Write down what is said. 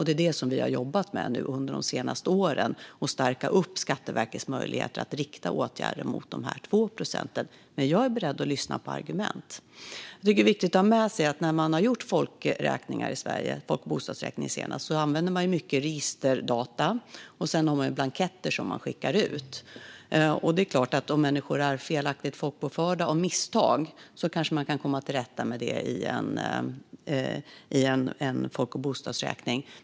Det är det som vi har jobbat med under de senaste åren när vi har stärkt Skatteverkets möjligheter att rikta åtgärder mot dessa 2 procent. Men jag är beredd att lyssna på argument. Jag tycker att det är viktigt att ha med sig att när man har gjort folkräkningar i Sverige - senast folk och bostadsräkningen - använder man mycket registerdata. Man har också blanketter som man skickar ut. Det är klart att om människor är felaktigt folkbokförda av misstag kan man kanske komma till rätta med det i en folk och bostadsräkning.